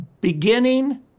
beginning